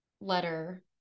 letter